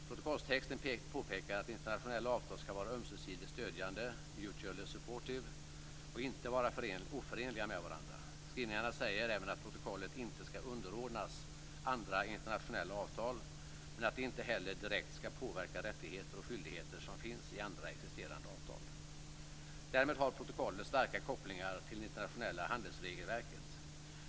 Protokollstexten påpekar att internationella avtal ska vara ömsesidigt stödjande, mutually supportive, och inte vara oförenliga med varandra. Skrivningarna säger även att protokollet inte ska underordnas andra internationella avtal men att det inte heller direkt ska påverka rättigheter och skyldigheter som finns i andra existerande avtal. Därmed har protokollet starka kopplingar till det internationella handelsregelverket.